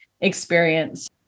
experience